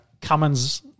Cummins